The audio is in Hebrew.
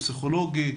פסיכולוגי,